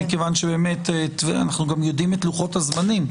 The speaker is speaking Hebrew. מכיוון שבאמת אנחנו יודעים את לוחות הזמנים,